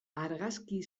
argazki